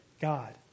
God